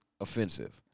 offensive